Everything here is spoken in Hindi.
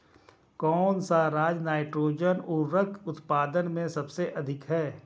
कौन सा राज नाइट्रोजन उर्वरक उत्पादन में सबसे अधिक है?